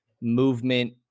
movement